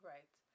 Right